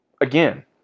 again